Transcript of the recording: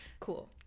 Cool